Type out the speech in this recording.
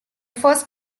first